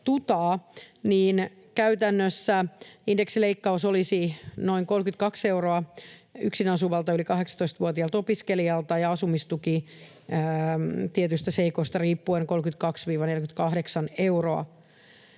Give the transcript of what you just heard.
tuta: Käytännössä indeksileikkaus olisi noin 32 euroa yksin asuvalta yli 18-vuotiaalta opiskelijalta ja asumistuen osalta tietyistä seikoista riippuen 32—48 euroa.